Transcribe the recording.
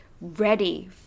ready